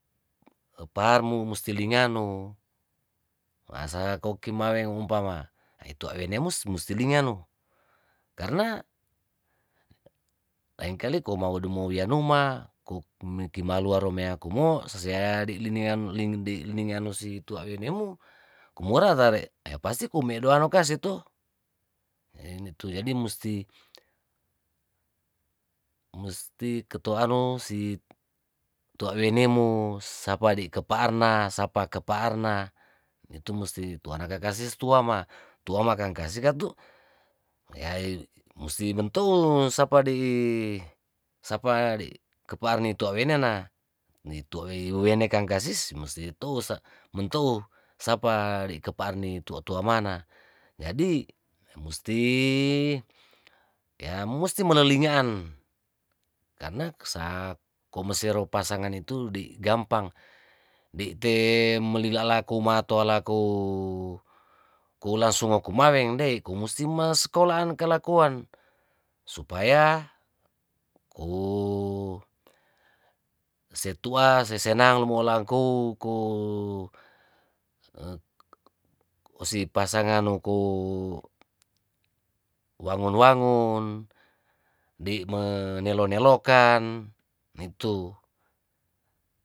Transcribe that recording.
Eparnu musti linganu, ngasa kokimareng umpama itua wenemus musti linganu karna lengakali komawu dumo wianuma ko mikimalua romea kumo sosea di liniang ling di' liniangus tuawenemu kumora tare' ya pasti kume daro kase to. enetu jadi musti musti ketuaru si tua'wenemu sapa di' keparna sapa keparna itu musti tuana kaskases tuama, tuama kang kase katu' yai musti mentulu sapa di sapa di kepaar ni tua wena na. ni wene kang kasis musti tou mentou sapa' di keparni tua'tua mana jadi musti yaa musti melelingaan. karna sa komosero pasangan itu di' gampang di te melilanga kuma toalaku kuolasung o'kumaweng dei ko musti sekolaan kalakuan supaya kou se tua se senang lomolakou, kou si pasangan no kuo wangon wangon di' me nelo nelokan itu.